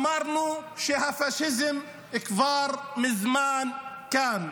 אמרנו שהפשיזם כבר מזמן כאן,